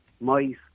mice